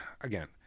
again –